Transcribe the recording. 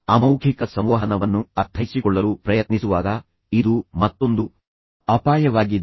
ಅಮೌಖಿಕ ಸಂವಹನವನ್ನು ಅರ್ಥೈಸಿಕೊಳ್ಳಲು ಪ್ರಯತ್ನಿಸುವಾಗ ಇದು ಮತ್ತೊಂದು ಅಪಾಯವಾಗಿದೆ